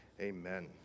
Amen